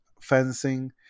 fencing